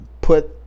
put –